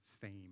fame